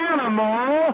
Animal